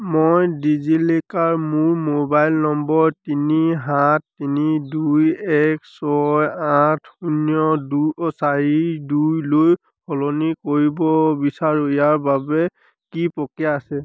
মই ডিজিলকাৰ মোৰ mobile number তিনি সাত তিনি দুই এক ছয় আঠ শূন্য চাৰি দুইলৈ সলনি কৰিব বিচাৰোঁ ইয়াৰ বাবে কি প্ৰক্ৰিয়া আছে